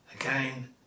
Again